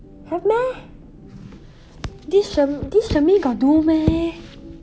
have meh this sher~ this shermaine got do meh